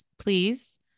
Please